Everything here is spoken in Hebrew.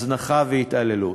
הזנחה והתעללות.